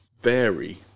vary